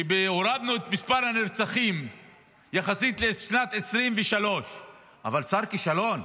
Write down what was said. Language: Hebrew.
הורדנו את מספר הנרצחים יחסית לשנת 2023. אבל שר כישלון,